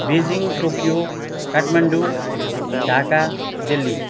Beijing Tokyo Kathmandu Dhaka Delhi